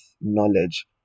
knowledge